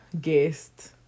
guest